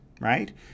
right